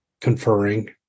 conferring